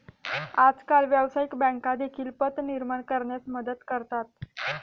आजकाल व्यवसायिक बँका देखील पत निर्माण करण्यास मदत करतात